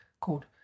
called